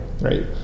right